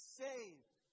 saved